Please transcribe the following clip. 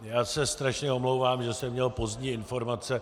Já se strašně omlouvám, že jsem měl pozdní informace.